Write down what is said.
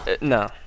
No